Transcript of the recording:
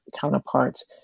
counterparts